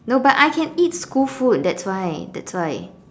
no but I can eat school food that's why that's why